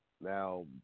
Now